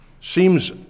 Seems